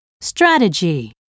Strategy